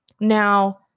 Now